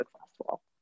successful